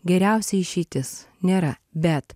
geriausia išeitis nėra bet